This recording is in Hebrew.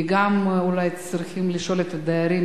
כי אולי גם צריכים לשאול את הדיירים.